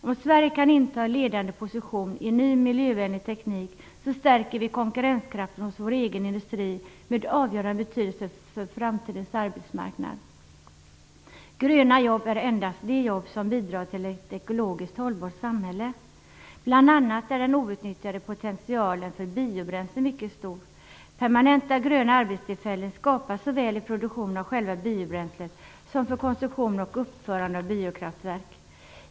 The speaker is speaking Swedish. Om Sverige kan inta en ledande position i ny miljövänlig teknik så stärker vi konkurrenskraften hos vår egen industri, vilket kan ha avgörande betydelse för framtidens arbetsmarknad. Gröna jobb är endast de jobb som bidrar till ett ekologiskt hållbart samhälle. Bl.a. är den outnyttjade potentialen för biobränslen mycket stor. Permanenta gröna arbetstillfällen skapas såväl i produktionen av själva biobränslet som för konstruktion och uppförande av biokraftverk.